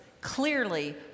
Clearly